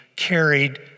carried